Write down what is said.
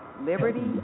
liberty